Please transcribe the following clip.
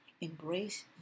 embrace